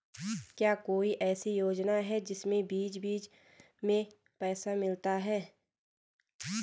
क्या कोई ऐसी योजना है जिसमें बीच बीच में पैसा मिलता रहे?